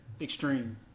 extreme